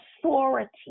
authority